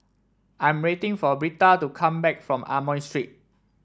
I'm waiting for Britta to come back from Amoy Street